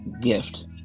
gift